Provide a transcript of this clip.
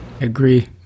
agree